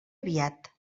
aviat